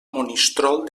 monistrol